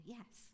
Yes